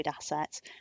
assets